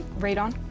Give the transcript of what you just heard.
radon.